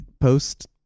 post